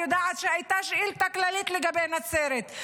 אני יודעת שהייתה שאילתה כללית לגבי נצרת,